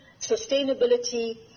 sustainability